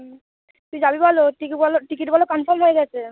হুম তুই যাবি বল ওর টিকি বলো টিকিট বলো কনফার্ম হয়ে গেছে